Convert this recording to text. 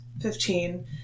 fifteen